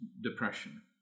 depression